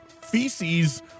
feces